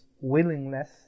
willingness